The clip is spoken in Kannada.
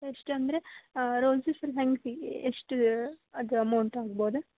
ಎಷ್ಟಂದರೆ ರೋಜಸ್ಸಿಗೆ ಹೆಂಗೆ ಫೀ ಎಷ್ಟು ಅದು ಅಮೌಂಟ್ ಆಗ್ಬೋದು